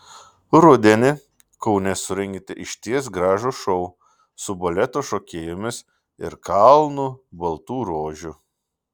rudenį kaune surengėte išties gražų šou su baleto šokėjomis ir kalnu baltų rožių